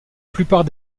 plupart